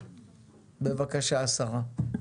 בבקשה השרה.